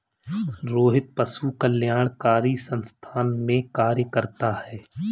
रोहित पशु कल्याणकारी संस्थान में कार्य करता है